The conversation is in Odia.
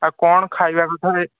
ଆଉ କ'ଣ ଖାଇବା କଥା ରେ